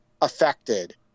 affected